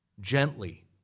Gently